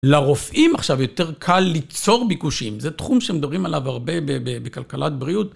לרופאים עכשיו יותר קל ליצור ביקושים. זה תחום שהם מדברים עליו הרבה בכלכלת בריאות.